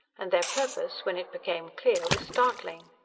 and their purpose, when it became clear, was startling.